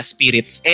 Spirits